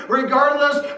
regardless